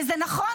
וזה נכון,